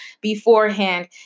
beforehand